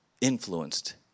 influenced